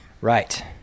right